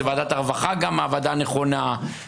גם הוועדה הנכונה היא ועדת הרווחה.